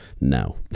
No